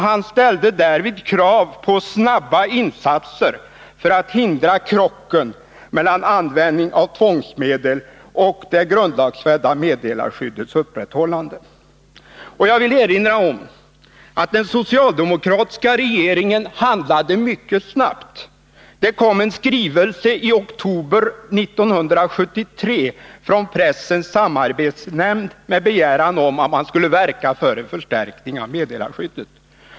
Han ställde därvid krav på snabba insatser för att hindra krocken mellan användning av tvångsmedel och det grundlagsfästa meddelarskyddets upprätthållande. Jag vill erinra om att den socialdemokratiska regeringen handlade mycket snabbt. Det kom en skrivelse i oktober 1973 från Pressens samarbetsnämnd med begäran om att man skulle verka för en förstärkning av meddelarskyddet.